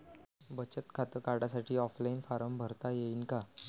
बचत खातं काढासाठी ऑफलाईन फारम भरता येईन का?